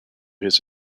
his